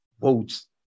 votes